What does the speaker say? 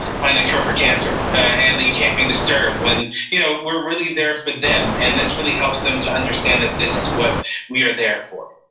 find a cure for cancer and that you can't be disturbed when you know we're really there for them. and this really helps them to understand that this is what we are there for.